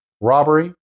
Robbery